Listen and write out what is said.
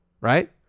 Right